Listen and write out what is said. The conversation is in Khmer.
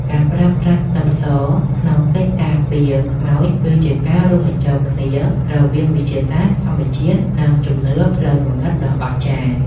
ការប្រើប្រាស់ខ្ទឹមសក្នុងកិច្ចការពារខ្មោចគឺជាការរួមបញ្ចូលគ្នារវាងវិទ្យាសាស្ត្រធម្មជាតិនិងជំនឿផ្លូវងងឹតដ៏អស្ចារ្យ។